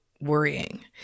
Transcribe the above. worrying